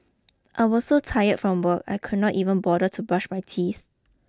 I was so tired from work I could not even bother to brush my teeth